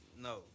No